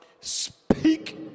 Speak